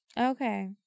Okay